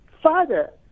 Father